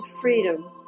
freedom